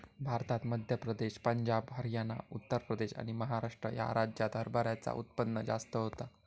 भारतात मध्य प्रदेश, पंजाब, हरयाना, उत्तर प्रदेश आणि महाराष्ट्र ह्या राज्यांत हरभऱ्याचा उत्पन्न जास्त होता